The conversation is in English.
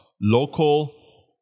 Local